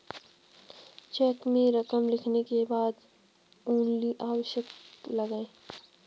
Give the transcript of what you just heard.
check में रकम लिखने के बाद ओन्ली अवश्य लगाएँ